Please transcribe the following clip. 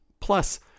Plus